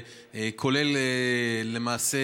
למעשה,